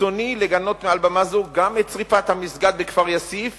ברצוני לגנות מעל במה זו גם את שרפת המסגד בכפר יאסוף,